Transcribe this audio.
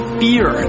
fear